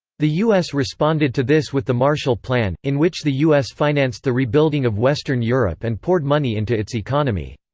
the u s. responded to this with the marshall plan, in which the u s. financed the rebuilding of western europe and poured money into its economy.